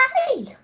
hi